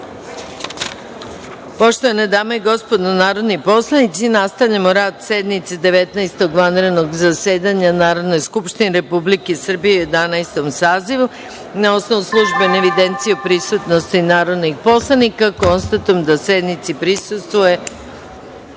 dame i gospodo narodni poslanici, nastavljamo rad sednice Devetnaestog vanrednog zasedanja Narodne skupštine Republike Srbije u Jedanaestom sazivu. Na osnovu službene evidencije o prisutnosti narodnih poslanika, konstatujem da sednici prisustvuje